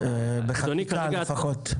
בחקיקה לפחות.